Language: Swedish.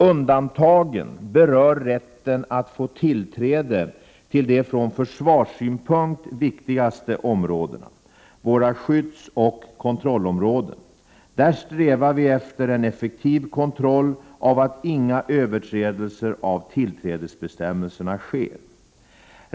Undantagen berör rätten att få tillträde till de från försvarssynpunkt viktigaste områdena — våra skyddsoch kontrollområden. Där strävar vi efter en effektiv kontroll av att inga överträdelser av tillträdesbestämmelserna sker.